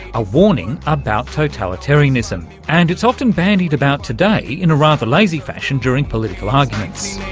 a warning about totalitarianism. and it's often bandied about today in a rather lazy fashion during political arguments.